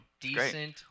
decent